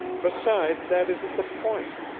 besides, that isn't the point.